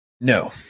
No